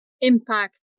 impact